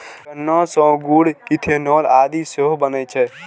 गन्ना सं गुड़, इथेनॉल आदि सेहो बनै छै